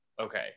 Okay